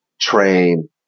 train